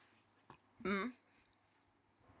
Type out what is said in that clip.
mmhmm